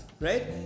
right